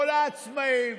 כל העצמאים,